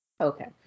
Okay